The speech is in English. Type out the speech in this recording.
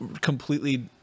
completely